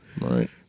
Right